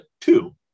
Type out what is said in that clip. two